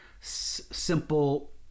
simple